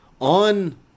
on